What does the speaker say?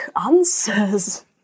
answers